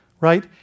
right